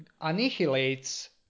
annihilates